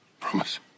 Promise